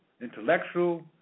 intellectual